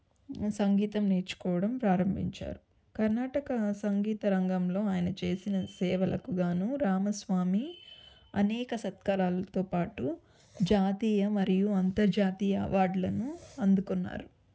సంగీతం నేర్చుకోవడం ప్రారంభించారు కర్ణాటక సంగీత రంగంలో ఆయన చేసిన సేవలకు గాను రామస్వామి అనేక సత్కారాలతో పాటు జాతీయ మరియు అంతర్జాతీయ అవార్డులను అందుకున్నారు